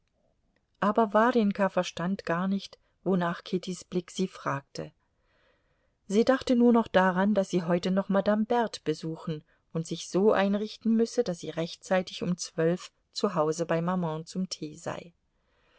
aber warjenka verstand gar nicht wonach kittys blick sie fragte sie dachte nur daran daß sie heute noch madame berthe besuchen und sich so einrichten müsse daß sie rechtzeitig um zwölf uhr zu hause bei maman zum tee sei